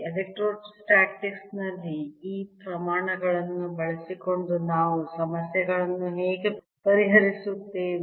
electrostatics ನಲ್ಲಿ ಈ ಪ್ರಮಾಣಗಳನ್ನು ಬಳಸಿಕೊಂಡು ನಾವು ಸಮಸ್ಯೆಗಳನ್ನು ಹೇಗೆ ಪರಿಹರಿಸುತ್ತೇವೆ